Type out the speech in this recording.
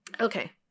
Okay